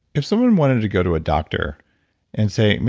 if someone wanted to go to a doctor and say, man,